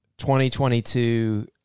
2022